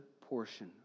portion